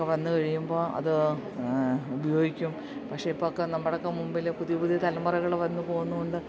ഒക്കെ വന്ന് കഴിയുമ്പോൾ അത് ഉപയോഗിക്കും പക്ഷെ ഇപ്പോൾ ഒക്കെ നമ്മുടെയൊക്കെ മുമ്പിൽ പുതിയ പുതിയ തലമുറകൾ വന്ന് പോവുന്നത് കൊണ്ട്